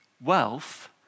Wealth